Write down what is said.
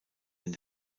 den